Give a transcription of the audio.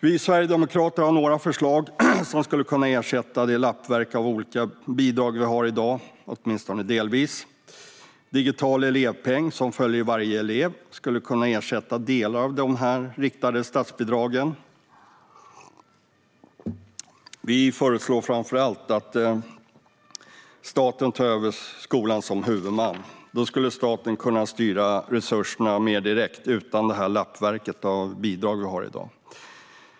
Vi sverigedemokrater har några förslag som skulle kunna ersätta det lappverk av olika bidrag som vi har i dag, åtminstone delvis. Digital elevpeng, som följer varje elev, skulle kunna ersätta delar av de riktade statsbidragen. Vi föreslår framför allt att staten ska ta över skolan som huvudman. Då skulle staten kunna styra resurserna mer direkt och utan det lappverk av bidrag som vi har i dag.